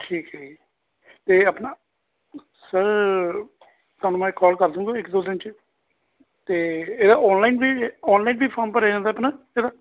ਠੀਕ ਹੈ ਜੀ ਅਤੇ ਆਪਣਾ ਸਰ ਤੁਹਾਨੂੰ ਮੈਂ ਕੋਲ ਕਰ ਦਊਂਗਾ ਇੱਕ ਦੋ ਦਿਨ 'ਚ ਅਤੇ ਇਹਦਾ ਔਨਲਾਈਨ ਵੀ ਔਨਲਾਈਨ ਵੀ ਫੋਮ ਭਰਿਆ ਜਾਂਦਾ ਆਪਣਾ ਇਹਦਾ